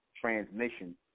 transmission